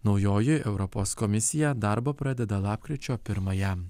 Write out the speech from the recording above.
naujoji europos komisija darbą pradeda lapkričio pirmąją